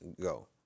go